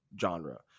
genre